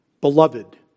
Beloved